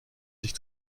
sich